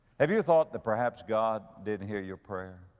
have you thought that perhaps god didn't hear your prayer?